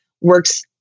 works